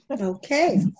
Okay